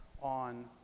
on